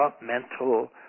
developmental